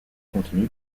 contenu